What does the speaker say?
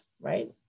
right